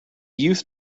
youth